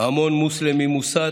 המון מוסלמי מוסת